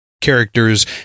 characters